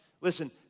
listen